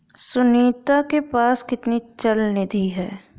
सुनीता के पास कितनी चल निधि है?